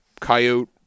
coyote